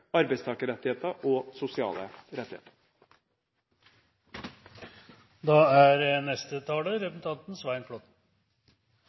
arbeidstakerrettigheter og sosiale